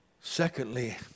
Secondly